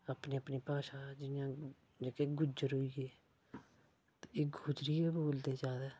अपनी अपनी भाशा जियां जेह्के गुज्जर होई गे ते एह् गोजरी गै बोलदे ज्यादा